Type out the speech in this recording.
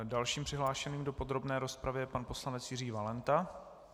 Dalším přihlášeným do podrobné rozpravy je pan poslanec Jiří Valenta.